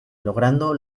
logrando